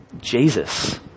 Jesus